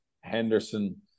Henderson